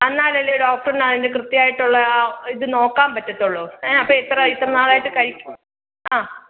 എന്നാലല്ലേ ഡോക്ടറിന് അതിന്റെ കൃത്യമായിട്ടുള്ള ഇത് നോക്കാന് പറ്റുള്ളൂ അപ്പോൾ ഇത്ര ഇത്ര നാളായിട്ട് കഴി ആ